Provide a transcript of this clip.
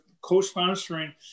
co-sponsoring